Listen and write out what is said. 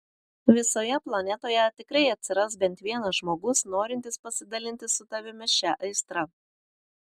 visoje planetoje tikrai atsiras bent vienas žmogus norintis pasidalinti su tavimi šia aistra